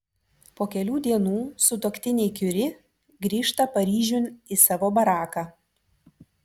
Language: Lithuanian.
po kelių dienų sutuoktiniai kiuri grįžta paryžiun į savo baraką